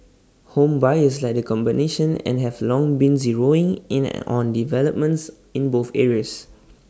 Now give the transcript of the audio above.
home buyers like the combination and have long been zeroing in an on developments in both areas